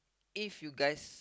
if you guys